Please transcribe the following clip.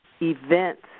events